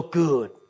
good